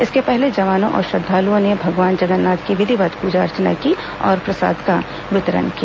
इसके पहले जवानों और श्रद्वालुओं ने भगवान जगन्नाथ की विधिवत् पूजा अर्चना की और प्रसाद का वितरण किया